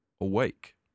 awake